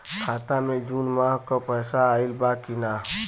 खाता मे जून माह क पैसा आईल बा की ना?